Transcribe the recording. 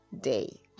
day